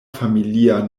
familia